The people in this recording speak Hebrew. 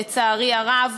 לצערי הרב.